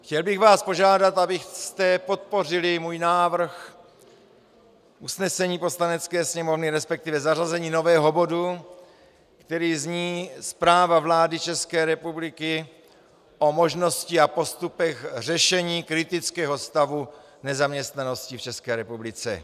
Chtěl bych vás požádat, abyste podpořili můj návrh usnesení Poslanecké sněmovny, resp. zařazení nového bodu, který zní Zpráva vlády České republiky o možnosti a postupech řešení kritického stavu nezaměstnanosti v České republice.